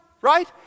right